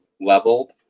leveled